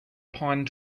pine